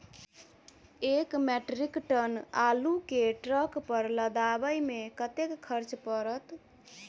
एक metric ton आलु केँ ट्रक पर लदाबै मे कतेक खर्च पड़त?